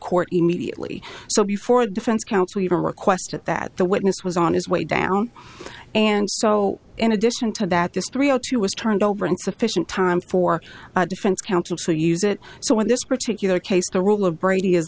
court immediately so before the defense counsel even requested that the witness was on his way down and so in addition to that this three o two was turned over insufficient time for defense counsel to use it so in this particular case the rule of brady is